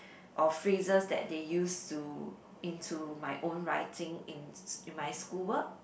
or phrases that they use to into my own writing in in my school work